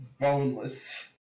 Boneless